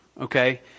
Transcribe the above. Okay